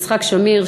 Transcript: מיצחק שמיר,